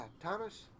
Thomas